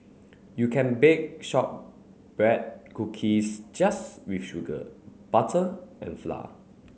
you can bake shortbread cookies just with sugar butter and flour